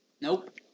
Nope